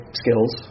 skills